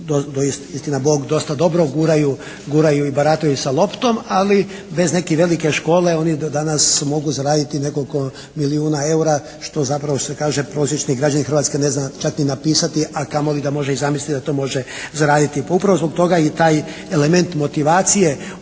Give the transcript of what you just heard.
što, istina Bog dosta dobro guraju, guraju i barataju sa loptom ali bez neke velike škole oni danas mogu zaraditi nekoliko milijuna EUR-a što zapravo što se kaže prosječni građanin Hrvatske ne zna čak ni napisati a kamoli da može i zamisliti da to može zaraditi. Pa upravo zbog toga i taj element motivacije